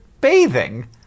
bathing